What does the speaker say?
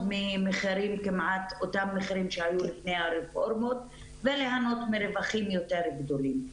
מכמעט אותם מחירים שהיו לפני הרפורמות וליהנות מרווחים יותר גדולים.